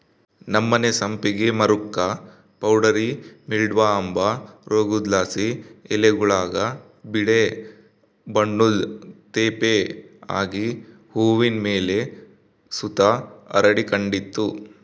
ನಮ್ಮನೆ ಸಂಪಿಗೆ ಮರುಕ್ಕ ಪೌಡರಿ ಮಿಲ್ಡ್ವ ಅಂಬ ರೋಗುದ್ಲಾಸಿ ಎಲೆಗುಳಾಗ ಬಿಳೇ ಬಣ್ಣುದ್ ತೇಪೆ ಆಗಿ ಹೂವಿನ್ ಮೇಲೆ ಸುತ ಹರಡಿಕಂಡಿತ್ತು